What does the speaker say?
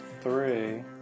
three